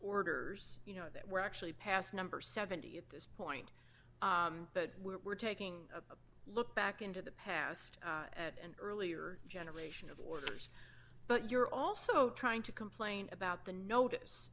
orders you know that were actually passed number seventy at this point but we're taking a look back into the past at an earlier generation of orders but you're also trying to complain about the notice